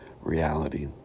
reality